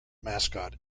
mascot